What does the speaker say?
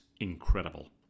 Incredible